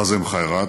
חאזם חיירת,